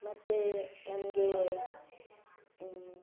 ಮತ್ತು ನನಗೆ